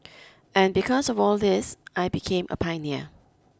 and because of all this I became a pioneer